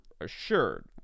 assured